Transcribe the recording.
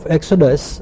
Exodus